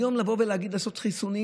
היום לבוא ולהגיד: לעשות חיסונים,